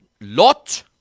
Lot